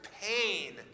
pain